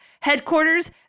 Headquarters